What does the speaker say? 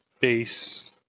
base